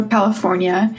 California